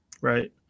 Right